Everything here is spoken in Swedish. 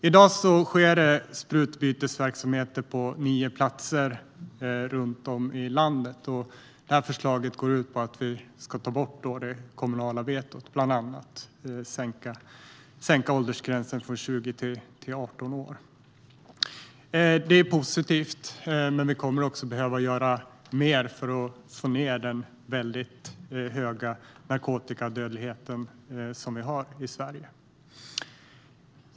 I dag sker sprututbytesverksamheter på nio platser runt om i landet. Förslaget går ut på att bland annat ta bort det kommunala vetot och sänka åldersgränsen från 20 till 18 år. Det är positivt, men vi kommer också att behöva göra mer för att sänka den höga narkotikadödligheten i Sverige.